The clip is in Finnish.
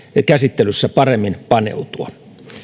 käsittelyssä paremmin paneutua